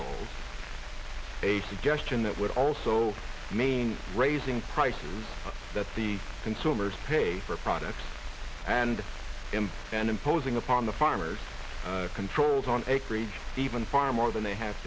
control a suggestion that would also mean raising prices that the consumers pay for products and him and imposing upon the farmers controls on acreage even far more than they have